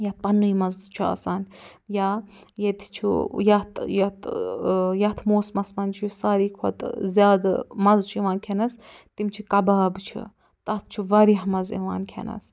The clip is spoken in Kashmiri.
یَتھ پنٕنُے مَزٕ چھُ آسان یا ییٚتہِ چھُ یَتھ یَتھ یَتھ موسمس منٛز چھُ یہِ ساری کھۄتہٕ زیادٕ مَزٕ چھُ یِوان کھٮ۪نس تِم چھِ کَباب چھُ تتھ چھُ وارِیاہ مَزٕ یِوان کھٮ۪نس